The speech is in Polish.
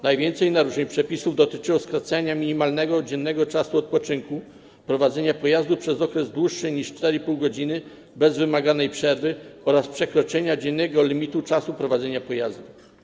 Najwięcej naruszeń przepisów dotyczyło skracania minimalnego dziennego czasu odpoczynku, prowadzenia pojazdu przez okres dłuższy niż 4,5 godziny bez wymaganej przerwy oraz przekroczenia dziennego limitu czasu prowadzenia pojazdu.